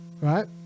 right